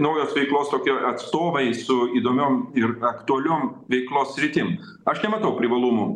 naujos veiklos tokio atstovai su įdomiom ir aktualiom veiklos sritim aš nematau privalumų